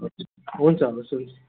हुन्छ हवस् हुन्छ